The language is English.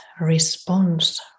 response